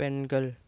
பெண்கள்